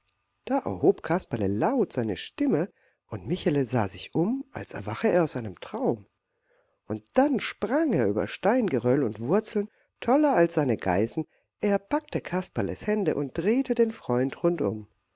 da erhob kasperle laut seine stimme und michele sah sich um als erwache er aus einem traum und dann sprang er über steingeröll und wurzeln toller als seine geißen er packte kasperles hände und drehte den freund rundum